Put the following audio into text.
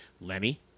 Lemmy